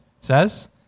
says